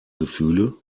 gefühle